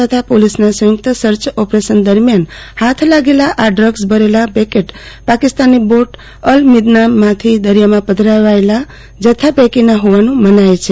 તથા પોલીસના સંયુક્ત સર્ચ ઓપરેશન દરમિયાન હાથ લાગેલા આ ડ્રગ્ઝ ભરેલા પેકેટ પાકિસ્તાની બોટ અલ મીદનામાંથી દરિયામાં પધરાવાયેલા જથ્થા પૈકીના હોવાનું મનાય છે